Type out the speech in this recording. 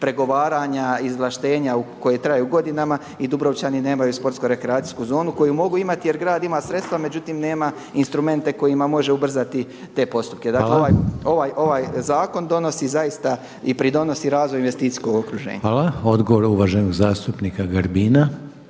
pregovaranja, izvlaštenja koje traje godinama i Dubrovčani nemaju športsko-rekreacijsku zonu koju mogu imati jer grad ima sredstva. Međutim, nema instrumente kojima može ubrzati te postupke. …/Upadica Reiner: Hvala./… Dakle, ovaj zakon donosi zaista i pridonosi razvoju investicijskog okruženja. **Reiner, Željko (HDZ)** Hvala. Odgovor uvaženog zastupnika Grbina.